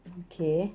okay